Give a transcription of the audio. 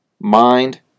mind